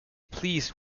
please